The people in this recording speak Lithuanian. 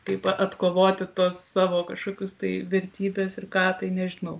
kaip atkovoti tuos savo kažkokius tai vertybes ir ką tai nežinau